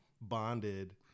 bonded